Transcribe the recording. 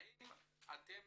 האם אתם